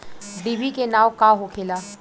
डिभी के नाव का होखेला?